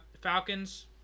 Falcons